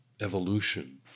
evolution